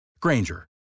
Granger